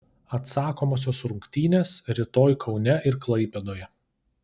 atsakomosios rungtynės rytoj kaune ir klaipėdoje